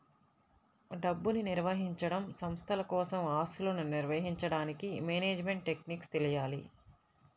డబ్బుని నిర్వహించడం, సంస్థల కోసం ఆస్తులను నిర్వహించడానికి మేనేజ్మెంట్ టెక్నిక్స్ తెలియాలి